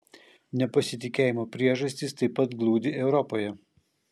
nepasitikėjimo priežastys taip pat glūdi europoje